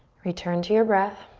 return to your breath.